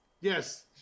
yes